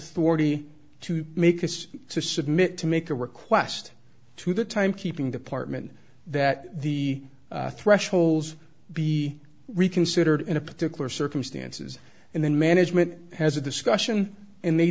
authority to make to submit to make a request to the timekeeping department that the thresholds be reconsidered in a particular circumstances and then management has a discussion and they